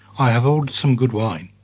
i have ordered some good wine.